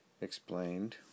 explained